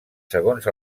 segons